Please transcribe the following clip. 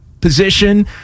position